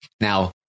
now